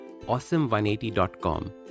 awesome180.com